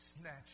snatched